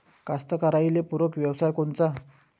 कास्तकाराइले पूरक व्यवसाय कोनचा?